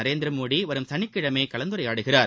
நரேந்திரமோடி வரும் சனிக்கிழமை கலந்துரையாடுகிறார்